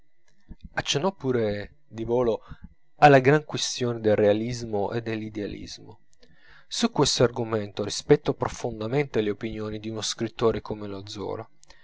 intendere accennò pure di volo alla gran quistione del realismo e dell'idealismo su questo argomento rispetto profondamente le opinioni di uno scrittore come lo zola